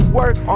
work